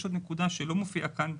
יש עוד נקודה שלא מופיעה כאן,